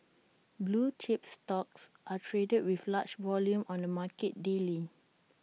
blue chips stocks are traded with large volume on the market daily